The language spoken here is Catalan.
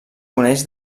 coneix